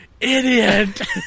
idiot